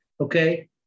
Okay